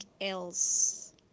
else